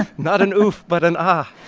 and not an oof, but an um ah